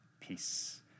peace